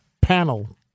panel